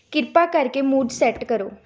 ਕਿਰਪਾ ਕਰਕੇ mood set ਕਰੋ